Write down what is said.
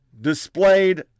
displayed